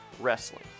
Wrestling